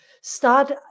Start